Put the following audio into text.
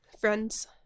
friends